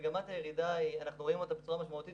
אנחנו רואים את מגמת הירידה בצורה משמעותית